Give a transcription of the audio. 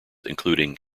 including